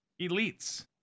elites